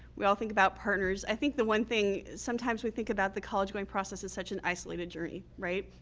we all think about partners. i think the one thing sometimes we think about the college going process as such an isolated journey. right?